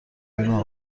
بیرون